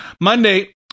Monday